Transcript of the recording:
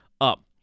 up